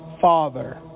Father